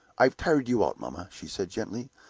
i've tired you out, mamma, she said, gently.